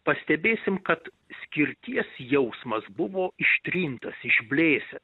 pastebėsim kad skirties jausmas buvo ištrintas išblėsęs